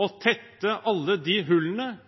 å tette alle de hullene